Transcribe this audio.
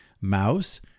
mouse